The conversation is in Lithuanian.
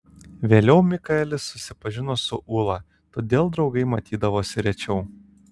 vėliau mikaelis susipažino su ūla todėl draugai matydavosi rečiau